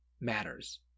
matters